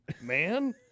man